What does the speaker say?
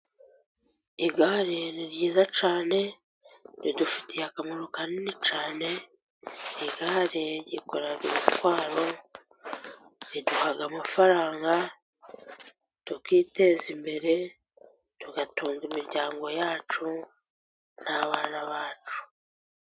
Igare ni ryiza cyane, ridufitiye akamaro kanini cyane, igare ryikorera imitwaro, riduha amafaranga, tukiteza imbere, tugatunga imiryango yacu, n'abana bacu.